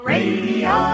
Radio